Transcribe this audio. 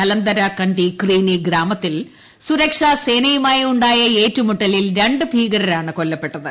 കലന്തര കണ്ടി ക്രീനി ഗ്രാമത്തിൽ സുരക്ഷാസേനയുമായുണ്ടായ ഏറ്റുമുട്ടലിൽ രണ്ട് ഭീകരരാണ് കൊല്ലപ്പെട്ടത്